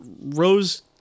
rose